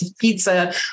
pizza